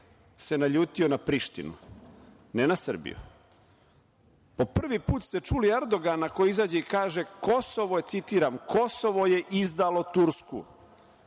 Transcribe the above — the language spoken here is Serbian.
se naljuti na Prištinu, ne na Srbiju. Po prvi put ste čuli Erdogana koji izađe i kaže – Kosovo je izdalo Tursku.